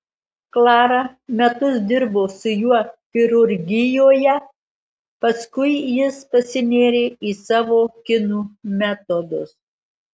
klara metus dirbo su juo chirurgijoje paskui jis pasinėrė į savo kinų metodus